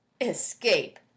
Escape